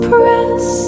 press